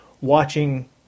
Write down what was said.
watching